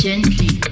Gently